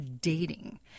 Dating